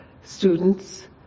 students